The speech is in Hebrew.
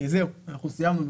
זהו, אנחנו סיימנו.